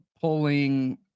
pulling